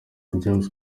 james